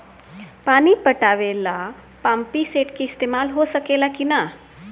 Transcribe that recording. पानी पटावे ल पामपी सेट के ईसतमाल हो सकेला कि ना?